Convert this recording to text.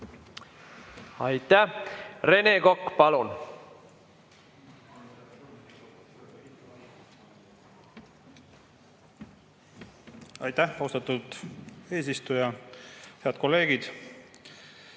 Aitäh! Rene Kokk, palun! Aitäh, austatud eesistuja! Head kolleegid!